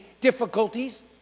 difficulties